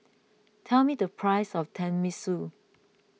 tell me the price of Tenmusu